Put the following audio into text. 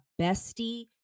bestie